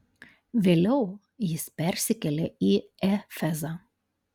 vėliau jis persikėlė į efezą